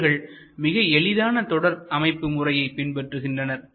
இவர்கள் மிகச் எளிதான தொடர் அமைப்பு முறையை பின்பற்றுகின்றனர்